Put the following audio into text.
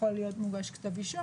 יכול להיות מוגש כתב אישום.